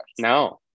No